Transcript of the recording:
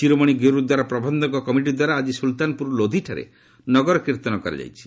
ଶିରୋମଣି ଗୁର୍ରଦ୍ୱାର ପ୍ରବନ୍ଧକ କମିଟିଦ୍ୱାରା ଆକି ସ୍ୱଲ୍ତାନପ୍ରର ଲୋଧିଠାରେ ନଗର କୀର୍ତ୍ତନ କରାଯାଇଛି